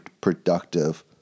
productive